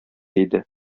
иде